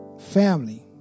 family